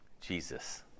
Jesus